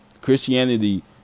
Christianity